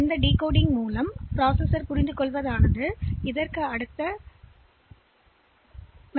எனவே டிகோடிங்கிற்குப் பிறகு செயலிபுரிந்துகொண்டு அதைப்உடனடி செயல்பாட்டைப் பெறுகிறது